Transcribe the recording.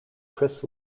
chris